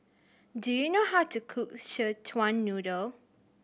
do you know how to cook Szechuan Noodle